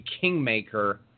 kingmaker